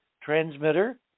transmitter